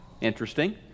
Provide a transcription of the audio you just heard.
Interesting